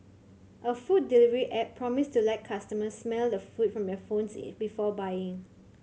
a food delivery app promised to let customers smell the food from their phones before buying